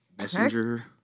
Messenger